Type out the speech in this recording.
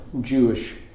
Jewish